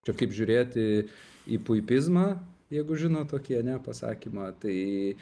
čia kaip žiūrėti į puipizmą jeigu žinot tokį ane pasakymą tai